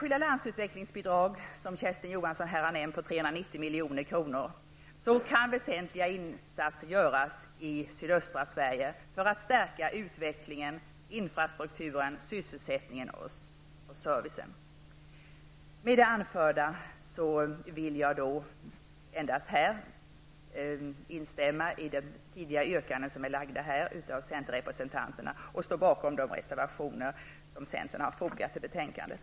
390 milj.kr. som Kersti Johansson har nämnt, kan väsentliga insatser göras i sydöstra Sverige för att stärka utvecklingen, infrastrukturen, sysselsättningen och servicen. Med det anförda vill jag instämma i yrkanden som tidigare har gjorts av centerpartister, och jag står bakom de reservationer som centern har fogat till betänkandet.